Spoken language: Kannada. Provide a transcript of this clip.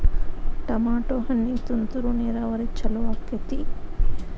ಟಮಾಟೋ ಹಣ್ಣಿಗೆ ತುಂತುರು ನೇರಾವರಿ ಛಲೋ ಆಕ್ಕೆತಿ?